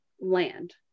land